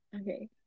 Okay